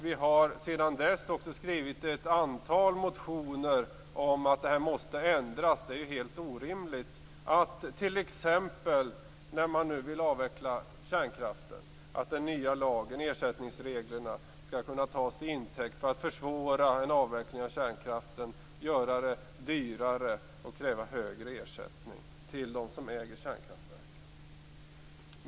Vi har sedan dess också skrivit ett antal motioner om att detta måste ändras. Det är ju helt orimligt att den nya lagen, ersättningsreglerna, t.ex. när man vill avveckla kärnkraften, skall kunna tas till intäkt för att försvåra en avveckling av kärnkraften och göra det dyrare och medföra krav på högre ersättning till dem som äger kärnkraftverken.